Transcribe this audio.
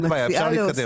אין בעיה, אפשר להתקדם.